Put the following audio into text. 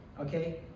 Okay